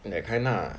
that kind lah